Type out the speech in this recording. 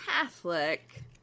Catholic